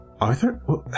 Arthur